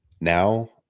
now